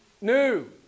new